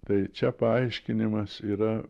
tai čia paaiškinimas yra